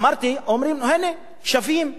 אמרתי: אומרים, הנה, שווים לרעננה,